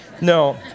No